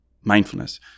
Mindfulness